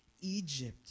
Egypt